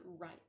right